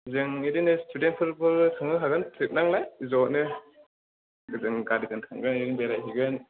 जों बिदिनो स्टुडेन्टफोरबो थांनो होगोन ट्रिपनालाय ज'नो जों गारिजों थांनानै बेरायहैगोन